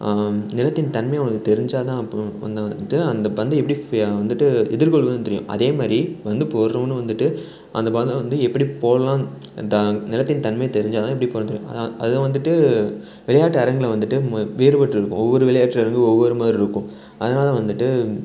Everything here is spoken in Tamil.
நிலத்தின் தன்மை அவனுக்கு தெரிஞ்சால்தான் இப்போ வந்துட்டு அந்த பந்தை எப்படி வந்துட்டு எதிர்கொள்ளணும்ன்னு தெரியும் அதேமாதிரி பந்து போடுறவனும் வந்துட்டு அந்த பாலை வந்து எப்படி போடலாம் தா நிலத்தின் தன்மை தெரிஞ்சால் தான் எப்படி போடுறதுன்னு தெரியும் அதுதான் அதை வந்துட்டு விளையாட்டு அரங்கில் வந்துட்டு வேறுபட்டிருக்கும் ஒவ்வொரு விளையாட்டு அரங்கு ஒவ்வொரு மாதிரி இருக்கும் அதனால் வந்துட்டு